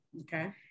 Okay